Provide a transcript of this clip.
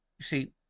see